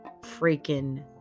freaking